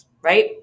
right